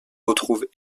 retrouve